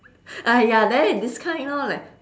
ah ya there these kind lor like